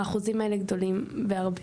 האחוזים האלה גדולים בהרבה.